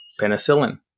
penicillin